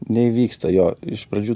neįvyksta jo iš pradžių